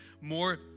more